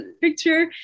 picture